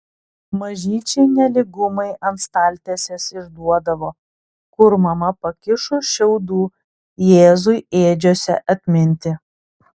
mažyčiai nelygumai ant staltiesės išduodavo kur mama pakišo šiaudų jėzui ėdžiose atminti